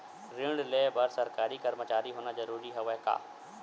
ऋण ले बर सरकारी कर्मचारी होना जरूरी हवय का?